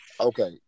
Okay